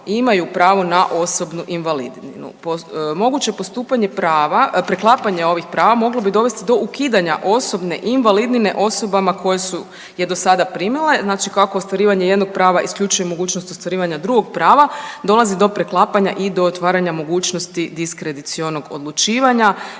imaju pravo na osobnu invalidninu. Moguće postupanje prava, preklapanje ovih prava moglo bi dovesti do ukidanja osobne invalidnine osobama koje su je do sada primale. Znači kako ostvarivanje jednog prava isključuje mogućnost ostvarivanja drugog prava, dolazi do preklapanja i do otvaranja mogućnost diskredicionog odlučivanja.